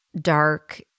dark